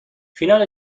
فینال